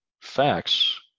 facts